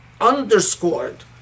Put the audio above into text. underscored